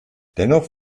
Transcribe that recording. dennoch